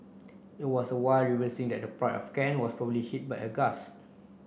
it was while reversing that the Pride of Kent was probably hit by a gust